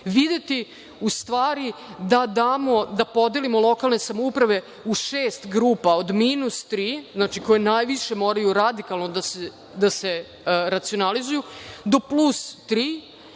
videti, u stvari da podelimo lokalne samouprave u šest grupa, od -3, koje najviše moraju radikalno da se racionalizuju, do +3,